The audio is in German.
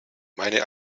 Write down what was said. meine